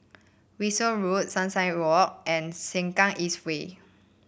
Wolskel Road Sunrise Walk and Sengkang East Way